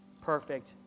perfect